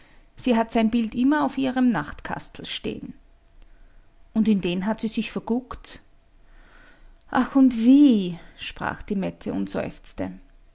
sie hat sein bild immer auf ihrem nachtkastel stehen und in den hat sie sich verguckt ach und wie sprach die mette und seufzte